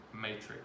matrix